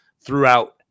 throughout